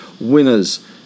winners